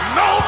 no